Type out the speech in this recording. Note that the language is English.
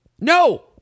No